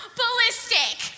ballistic